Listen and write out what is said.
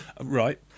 Right